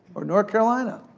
or north carolina,